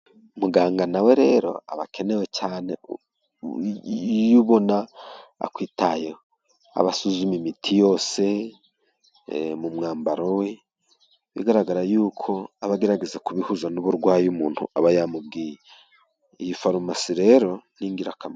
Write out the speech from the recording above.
Muganga nawe rero, aba akenewe cyane, iyo ubona akwitayeho, abasuzuma, imiti yose mu mwambaro we, bigaragara yuko aba agerageza kubihuza n'uburwayi, umuntu aba yamubwiye. Iyi farumasi rero n'ingirakamaro.